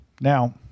now